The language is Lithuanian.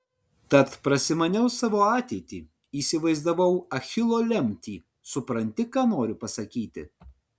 tad prasimaniau savo ateitį įsivaizdavau achilo lemtį supranti ką noriu pasakyti